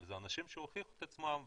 אבל אלה אנשים שהוכיחו את עצמם.